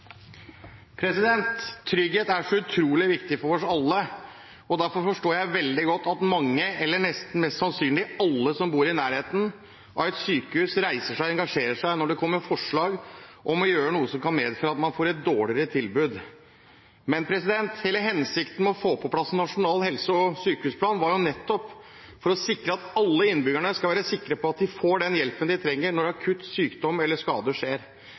så utrolig viktig for oss alle, og derfor forstår jeg veldig godt at mange – eller mest sannsynlig alle – som bor i nærheten av et sykehus, reiser seg og engasjerer seg når det kommer forslag om å gjøre noe som kan medføre at man får et dårligere tilbud. Men hele hensikten med å få på plass en nasjonal helse- og sykehusplan, var nettopp å sikre at alle innbyggerne skal være sikre på at de får den hjelpen de trenger når akutt sykdom eller skade skjer.